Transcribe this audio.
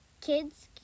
kids